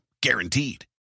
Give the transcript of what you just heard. guaranteed